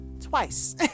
twice